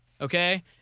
okay